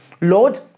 Lord